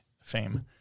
fame